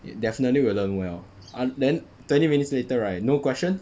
def~ definitely will learn well ah then twenty minutes later right no question